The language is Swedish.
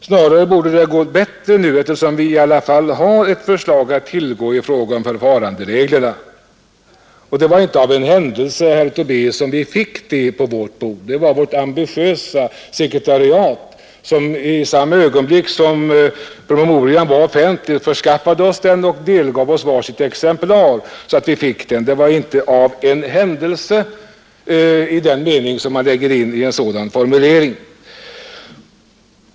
Snarare borde det gå bättre nu eftersom vi ju i alla fall har ett förslag att tillgå i fråga om förfarandereglerna. Och det var inte av en händelse, herr Tobé, som vi fick det förslaget på vårt bord. Det var vårt ambitiösa sekretariat som i samma ögonblick som promemorian var offentlig förskaffade oss den och gav oss exemplar. Vi fick alltså inte förslaget ”av en händelse” i den mening som man lägger in i en sådan formulering.